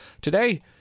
Today